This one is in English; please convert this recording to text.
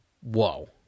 Whoa